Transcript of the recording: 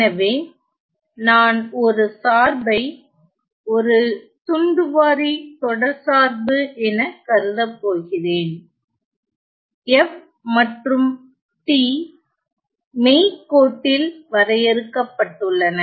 எனவே நான் ஒரு சார்பை ஒரு துண்டுவாரி தொடர்சார்பு என கருதப்போகிறேன் f மற்றும் t மெய்க்கோட்டில் வரையறுக்கப்பட்டுள்ளன